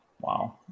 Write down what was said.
Wow